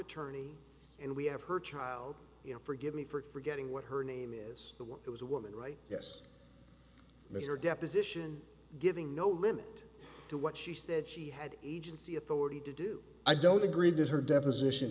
attorney and we have her child you know forgive me for forgetting what her name is the word it was a woman right yes but her deposition giving no limit to what she said she had agency authority to do i don't agree that her deposition